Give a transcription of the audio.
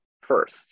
first